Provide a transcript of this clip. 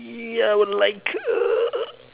ya I would like a